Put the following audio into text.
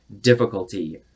difficulty